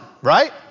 right